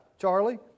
Charlie